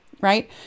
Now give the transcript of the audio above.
right